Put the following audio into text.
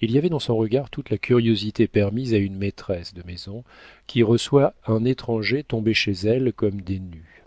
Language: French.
il y avait dans son regard toute la curiosité permise à une maîtresse de maison qui reçoit un étranger tombé chez elle comme des nues